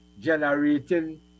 generating